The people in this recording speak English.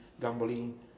gambling